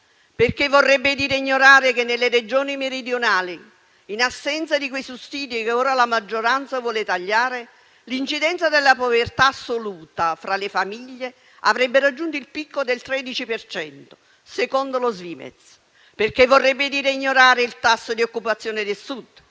Vorrebbe dire ignorare che nelle Regioni meridionali, in assenza di quei sussidi che ora la maggioranza vuole tagliare, l'incidenza della povertà assoluta fra le famiglie avrebbe raggiunto il picco del 13 per cento, secondo lo Svimez. Vorrebbe dire ignorare il tasso di occupazione del Sud,